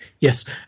Yes